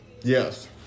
Yes